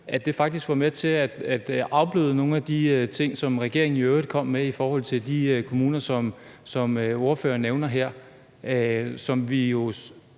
var det faktisk med til at afbøde nogle af de ting, som regeringen i øvrigt kom med, i forhold til de kommuner, som ordføreren nævner her, og at vi